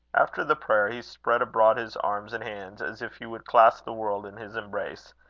after the prayer, he spread abroad his arms and hands as if he would clasp the world in his embrace,